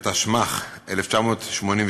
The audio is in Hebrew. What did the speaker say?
התשמ"ח 1988,